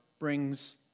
brings